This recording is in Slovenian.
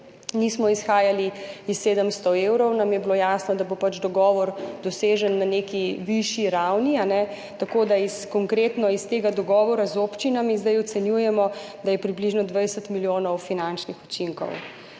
nismo izhajali iz 700 evrov, nam je bilo jasno, da bo pač dogovor dosežen na neki višji ravni, tako da konkretno iz tega dogovora z občinami zdaj ocenjujemo, da je približno 20 milijonov finančnih učinkov,